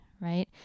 Right